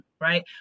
right